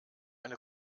eine